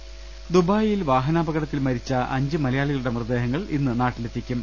രദ്ദേഷ്ടങ ദുബായിൽ വാഹനാപകടത്തിൽ മരിച്ച അഞ്ച് മലയാളികളുടെ മൃതദേ ഹങ്ങൾ ഇന്ന് നാട്ടിലെത്തിക്കും